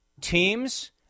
teams